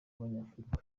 abanyafurika